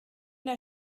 der